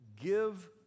give